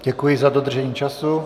Děkuji za dodržení času.